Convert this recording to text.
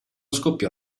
scoppiò